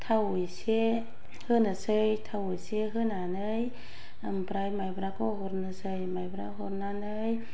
थाव इसे होनोसै थाव इसे होनानै ओमफ्राय माइब्राखौ हरनोसै माइब्रा हरनानै